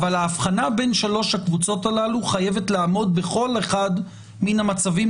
האבחנה בין שלוש הקבוצות הללו חייבת לעמוד בכל אחד מן המצבים,